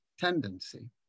tendency